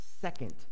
second